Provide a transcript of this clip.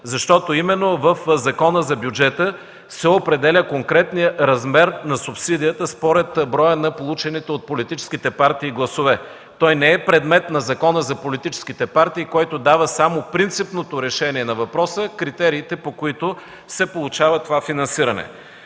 защото именно в Закона за бюджета се определя конкретният размер на субсидията според броя на получените от политическите партии гласове. Той не е предмет на Закона за политическите партии, който дава само принципното решение на въпроса, критериите по които се получава това финансиране.